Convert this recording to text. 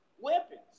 weapons